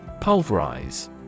Pulverize